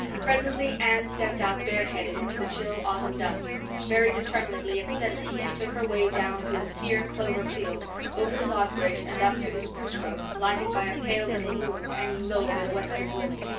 presently anne stepped out bareheaded into the chill autumn dusk very determinedly and steadily she took her way down through the sere clover field over the log bridge and up through the spruce grove, lighted by a pale little moon hanging low over the western woods.